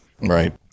Right